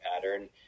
pattern